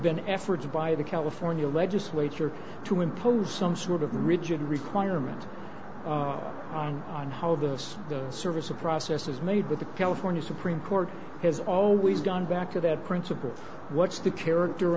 been efforts by the california legislature to impose some sort of rigid requirement i'm on how this service of process is made but the california supreme court has always gone back to that principle what's the character